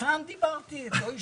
הילה זהבי, המרכז לשלטון מקומי, בזום.